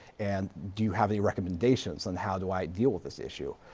and do you have any recommendations on how do i deal with this issue?